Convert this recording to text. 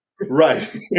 right